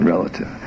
Relative